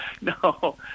No